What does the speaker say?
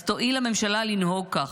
אז תואיל הממשלה לנהוג כך.